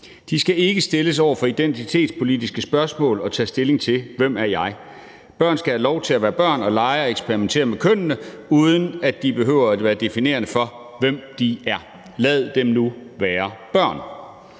De skal ikke stilles over for identitetspolitiske spørgsmål og tage stilling til, hvem de er. Børn skal have lov til at være børn og lege og eksperimentere med kønnene, uden at de behøver at være definerende for, hvem de er. Lad dem nu være børn!